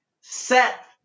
set